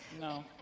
No